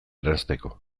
eranzteko